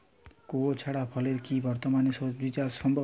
কুয়োর ছাড়া কলের কি বর্তমানে শ্বজিচাষ সম্ভব?